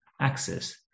access